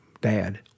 Dad